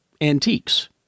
antiques